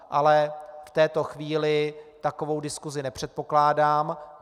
Ale v této chvíli takovou diskusi nepředpokládám.